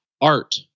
art